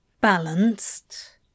Balanced